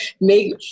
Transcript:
make